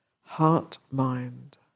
heart-mind